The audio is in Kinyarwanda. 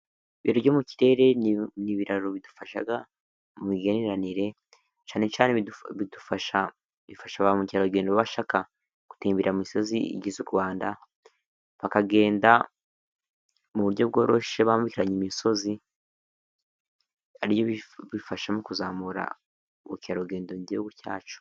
Ibiraro byo mu kirere ni ibiraro bidufasha mu migenderanire, cyane cyane bidufasha bifasha ba mukerarugendo baba bashaka gutemberara mu misozi igize u Rwanda bakagenda mu buryo bworoshye bambukiranya imisozi, ari byo bifasha mu kuzamura ubukerarugendo mu gihuguhugu cyacu.